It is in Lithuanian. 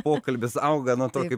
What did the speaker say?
pokalbis auga nuo to kaip